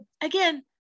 again